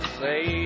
say